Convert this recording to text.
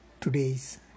today's